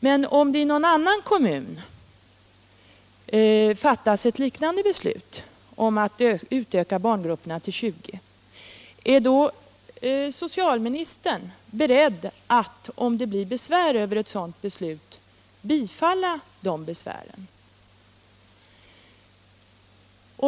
Men om det i någon annan kommun fattas ett liknande beslut — om att utöka till 20 barn i dessa grupper — är då socialministern beredd att bifalla eventuella besvär över ett sådant beslut?